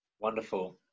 Wonderful